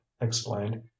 explained